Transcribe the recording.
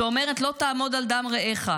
שאומרת: לא תעמוד על דם רעך,